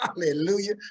Hallelujah